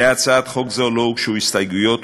להצעת חוק זו לא הוגשו הסתייגויות,